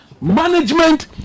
Management